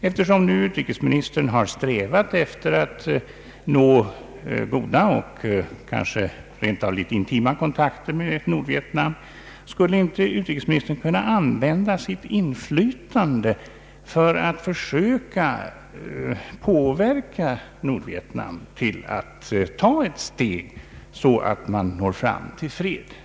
Eftersom utrikesministern har strävat efter att nå goda och kanske litet intima kontakter med Nordvietnam, skulle inte utrikesministern kunna använda sitt inflytande för att försöka påverka Nordvietnam att ta ett steg så att man når fram till fred?